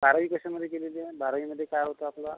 बारावी कशामध्ये केलेली आहे बारावीमध्ये काय होता आपला